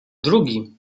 drugi